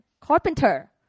carpenter